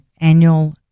annual